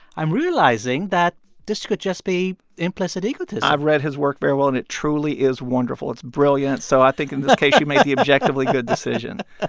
i'm realizing that this could just be implicit egotism i've read his work very well, and it truly is wonderful. it's brilliant. so i think in this case, you made the objectively good decision. ah